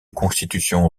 constitution